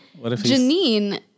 Janine